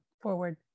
forward